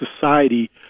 society